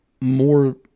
more